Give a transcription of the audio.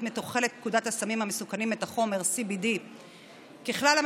מתחולת פקודת הסמים המסוכנים את החומר CBD. ככלל,